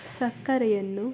ಸಕ್ಕರೆಯನ್ನು